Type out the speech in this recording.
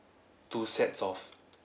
two sets of